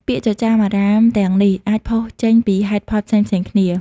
ពាក្យចចាមអារ៉ាមទាំងនេះ អាចផុសចេញពីហេតុផលផ្សេងៗគ្នា។